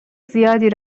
زیادی